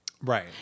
Right